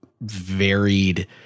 varied